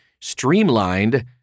streamlined